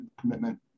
commitment